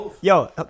Yo